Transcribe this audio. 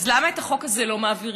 אז למה את החוק הזה לא מעבירים?